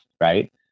right